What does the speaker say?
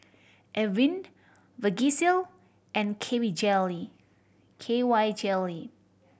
Avene Vagisil and K V Jelly K Y Jelly